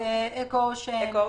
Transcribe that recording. את אקואושן,